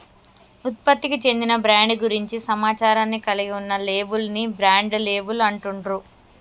ఉత్పత్తికి చెందిన బ్రాండ్ గురించి సమాచారాన్ని కలిగి ఉన్న లేబుల్ ని బ్రాండ్ లేబుల్ అంటుండ్రు